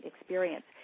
experience